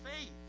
faith